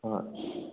ꯍꯣꯏ